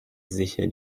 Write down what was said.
sicher